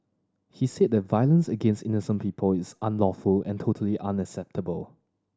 he said that violence against innocent people is unlawful and totally unacceptable